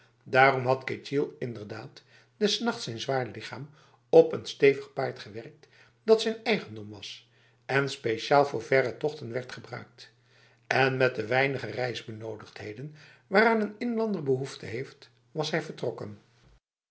daarom had ketjil inderdaad des nachts zijn zwaar lichaam op n stevig paard gewerkt dat zijn eigendom was en speciaal voor verre tochten werd gebruikt en met de weinige reisbenodigdheden waaraan een inlander behoefte heeft was hij vertrokken